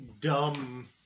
dumb